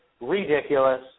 Ridiculous